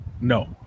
no